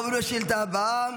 אנחנו עוברים לשאילתה הבאה,